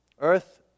Earth